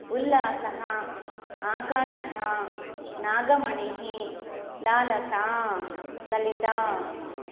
उल्लासः आकाशः नागमणिः लालसा ललिता